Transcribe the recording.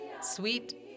sweet